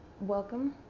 welcome